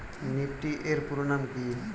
Nifty এর পুরোনাম কী?